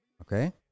okay